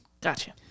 gotcha